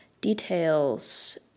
Details